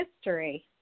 history